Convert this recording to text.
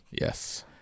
yes